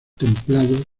templados